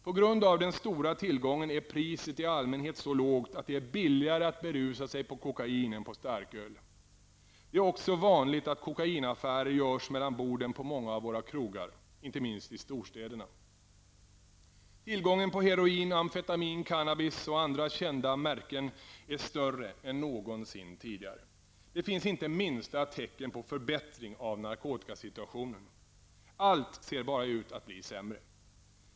På grund av den stora tillgången är priset i allmänhet så lågt att det är billigare att berusa sig på kokain än på starköl. Det är också vanligt att kokainaffärer görs mellan borden på många av våra krogar -- inte minst i storstäderna. Tillgången på heroin, amfetamin, cannabis och andra kända ''märken'' är större än någonsin tidigare. Det finns inte minsta tecken på förbättring av narkotikasituationen. Allt ser bara ut att bli sämre.